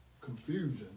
confusion